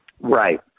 Right